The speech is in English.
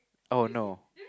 oh no